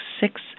six